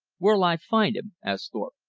where'll i find him? asked thorpe.